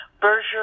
Berger